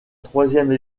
troisième